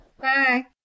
Bye